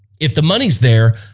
if the money's there,